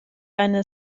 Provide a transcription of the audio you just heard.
eine